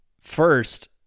first